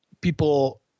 people